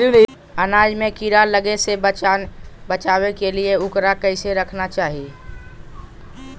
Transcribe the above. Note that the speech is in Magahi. अनाज में कीड़ा लगे से बचावे के लिए, उकरा कैसे रखना चाही?